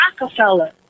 Rockefeller